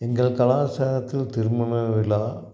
எங்கள் கலாச்சாரத்தில் திருமண விழா